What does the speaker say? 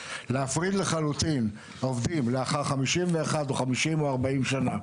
להפריד לחלוטין עובדים לאחר 51 או 50 או 40 שנה,